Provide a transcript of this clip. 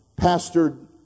pastored